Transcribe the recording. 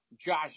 Josh